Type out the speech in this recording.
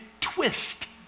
twist